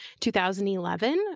2011